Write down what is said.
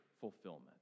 fulfillment